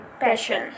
passion